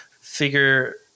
figure